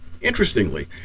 Interestingly